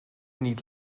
niet